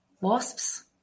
Wasps